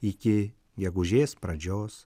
iki gegužės pradžios